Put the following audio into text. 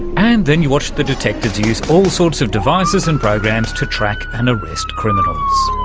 and then you watch the detectives use all sorts of devices and programs to track and arrest criminals.